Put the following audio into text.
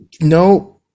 No